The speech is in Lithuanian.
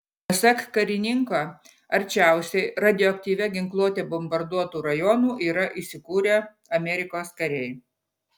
pasak karininko arčiausiai radioaktyvia ginkluote bombarduotų rajonų yra įsikūrę amerikos kariai